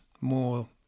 more